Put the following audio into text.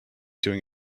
doing